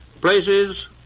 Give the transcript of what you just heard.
places